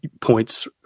points